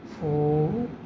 four